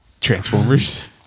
Transformers